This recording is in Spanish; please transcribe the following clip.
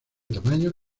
tamaño